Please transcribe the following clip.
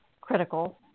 critical